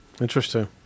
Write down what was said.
interesting